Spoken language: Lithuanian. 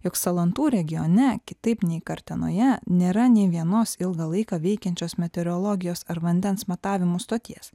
jog salantų regione kitaip nei kartenoje nėra nei vienos ilgą laiką veikiančios meteorologijos ar vandens matavimo stoties